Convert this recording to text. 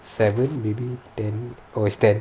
seven maybe ten oh it's ten